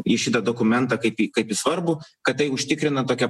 į šitą dokumentą kaip į kaip į svarbų kad tai užtikrina tokią